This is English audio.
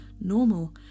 normal